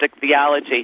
Theology